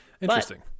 Interesting